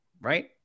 right